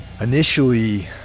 initially